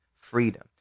freedom